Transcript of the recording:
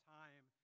time